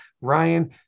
Ryan